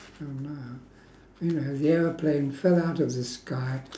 I don't know you know as the aeroplane fell out of the sky